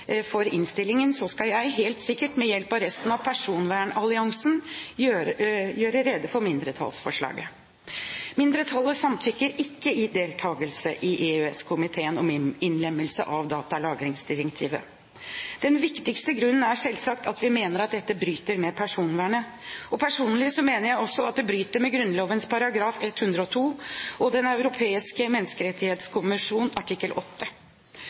for innstillingen, og så skal jeg, helt sikkert ved hjelp av resten av personvernalliansen, gjøre rede for mindretallsforslaget. Mindretallet samtykker ikke til deltakelse i en beslutning i EØS-komiteen om innlemmelse av datalagringsdirektivet. Den viktigste grunnen er selvsagt at vi mener at dette bryter med personvernet. Personlig mener jeg også at det bryter med Grunnloven § 102 og Den europeiske menneskerettskonvensjon artikkel